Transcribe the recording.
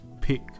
pick